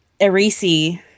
Erisi